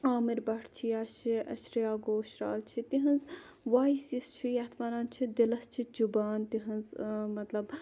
عامِر بَھٹ چھُ یا شریا گوشرال چھِ تِہِنٛز وایِس یۄس چھِ یَتھ وَنان چھِ دِلَس چھِ چُبان تِہِنٛز مَطلَب